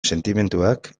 sentimenduak